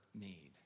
need